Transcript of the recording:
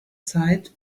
zeit